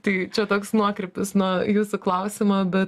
tai čia toks nuokrypis nuo jūsų klausimo bet